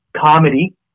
comedy